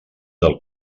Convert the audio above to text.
del